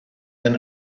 than